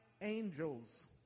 angels